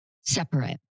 separate